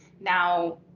Now